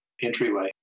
entryway